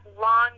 long